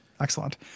excellent